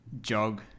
jog